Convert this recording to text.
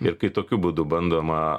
ir kai tokiu būdu bandoma